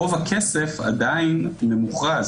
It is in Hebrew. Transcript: רוב הכסף עדיין ממוכרז.